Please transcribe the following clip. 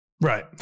Right